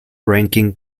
ranking